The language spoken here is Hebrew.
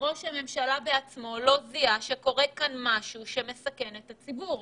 שראש הממשלה בעצמו לא זיהה שקורה פה משהו שמסכן את הציבור,